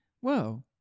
whoa